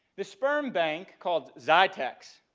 the sperm bank called xytex,